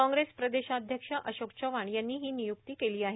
कॉंग्रेसचे प्रदेशाध्यक्ष अशोक चव्हाण यांनी ही नियुक्ती केली आहे